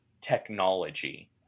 technology